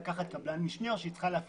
לקחת קבלן משנה או שהיא צריכה --- יהודה,